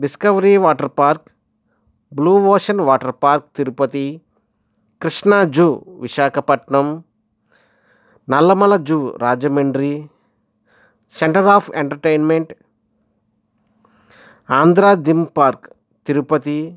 discovery water park blue ocean water park Tirupati Krishna zoo Visakhapatnam Nallamala zoo Rajahmundry centre of entertainment Andhra theme park Tirupati